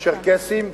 צ'רקסים,